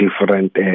different